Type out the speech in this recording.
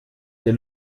der